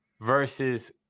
versus